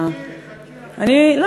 חכי לי,